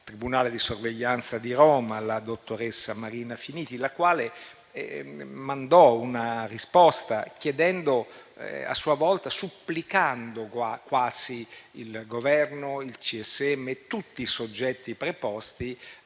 del tribunale di sorveglianza di Roma, la dottoressa Marina Finiti, la quale mandò una risposta chiedendo a sua volta, quasi supplicando il Governo, il CSM e tutti i soggetti preposti,